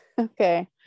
okay